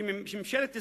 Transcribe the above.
שממשלת ישראל,